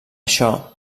això